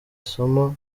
somo